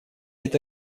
это